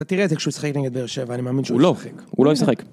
שלו אני אלישע